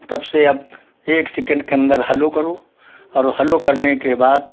तब से अब एक सेकेंड के अंदर हलो करो और हलो करने के बाद